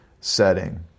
setting